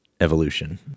evolution